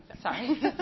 Sorry